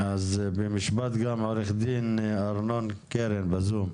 אז במשפט גם עו"ד אמנון קרן, בזום.